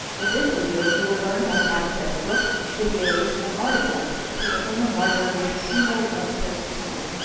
in this video you will learn how to access books, videos and articles through the holman library's primo one search tool.